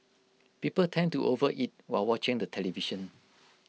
people tend to overeat while watching the television